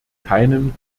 keinem